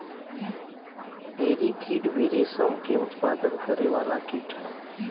एरी कीट भी रेशम के उत्पादन करे वाला कीट ह